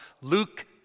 Luke